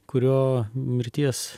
kurio mirties